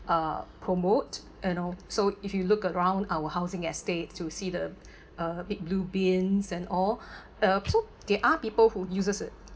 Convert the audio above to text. uh promote and also if you look around our housing estate to see the uh big blue bins and all uh so there are people who uses it